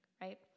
right